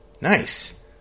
Nice